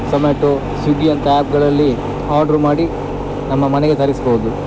ಝೋಮ್ಯಾಟೋ ಸ್ವಿಗ್ಗಿ ಅಂತ ಆ್ಯಪ್ಗಳಲ್ಲಿ ಆರ್ಡ್ರ್ ಮಾಡಿ ನಮ್ಮ ಮನೆಗೆ ತರಿಸ್ಬೋದು